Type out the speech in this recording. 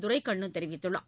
Duraikannu தெரிவித்துள்ாளர்